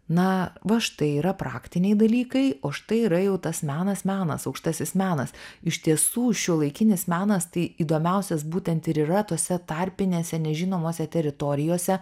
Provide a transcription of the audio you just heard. na va štai yra praktiniai dalykai o štai yra jau tas menas menas aukštasis menas iš tiesų šiuolaikinis menas tai įdomiausias būtent ir yra tose tarpinėse nežinomose teritorijose